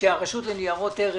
שרשות ניירות ערך